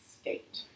state